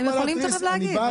הם יכולים תיכף להגיב,